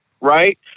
right